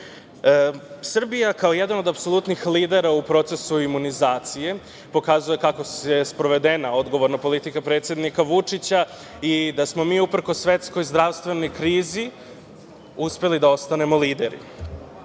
kao jedan od apsolutnih lidera u procesu imunizacije pokazuje kako je sprovedena odgovorna politika predsednika Vučića i da smo mi uprkos svetskoj zdravstvenoj krizi uspeli da ostanemo lideri. Želim